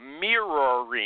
mirroring